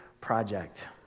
project